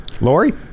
Lori